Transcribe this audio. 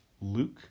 Luke